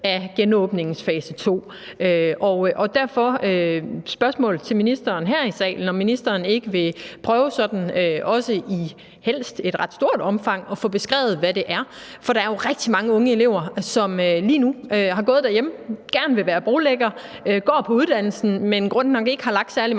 af genåbningens fase to. Derfor er spørgsmålet til ministeren her i salen, om ministeren ikke vil prøve sådan, helst i et ret stort omfang, at få beskrevet, hvad det er. Der er jo rigtig mange unge elever lige nu, som har gået derhjemme, og som gerne vil være brolæggere og går på uddannelsen, men i grunden nok ikke har lagt særlig mange